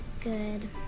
Good